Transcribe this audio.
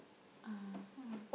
(uh huh)